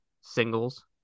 singles